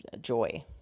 joy